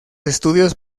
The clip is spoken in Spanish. estudios